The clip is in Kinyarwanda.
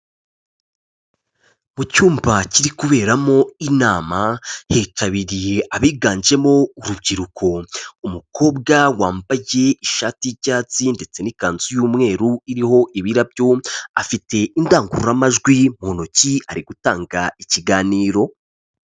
Mu cyumba kiri kuberamo inama hitabiriye abiganjemo urubyiruko, umukobwa wambaye ishati y'icyatsi ndetse n'ikanzu y'umweru iriho ibirabyo, afite indangururamajwi mu ntoki ari gutanga ikiganiro.